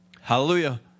Hallelujah